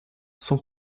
sans